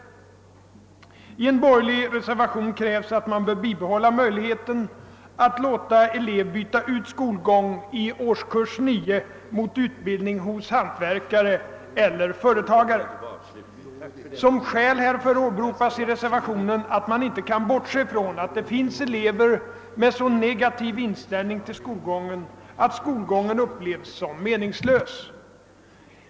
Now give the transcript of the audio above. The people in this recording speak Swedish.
I en borgerlig reservation krävs att man bör bibehålla möjligheten att låta elev byta ut skolgång i årskurs 9 mot utbildning hos hantverkare eller företagare. Såsom skäl härför åberopas i reservationen att man inte kan bortse från att det finns elever med en så negativ inställning till skolgången att skolgången upplevs som helt meningslös.